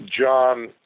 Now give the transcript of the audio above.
John